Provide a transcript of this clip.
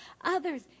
others